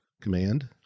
command